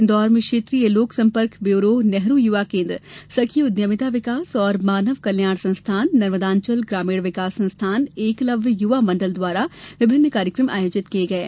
इंदौर में क्षेत्रीय लोकसंपर्क ब्यूरो नेहरू युवा केन्द्र सखी उद्यमिता विकास और मानव कल्याण संस्थान नर्मदांचल ग्रामीण विकास संस्थान एकलव्य युवा मंडल द्वारा विभिन्न कार्यक्रम आयोजित किये गये